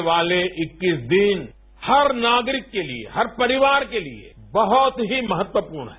आने वाले इक्कीस दिन हर नागरिक के लिए परिवार के लिए बहुत ही महत्वपूर्ण है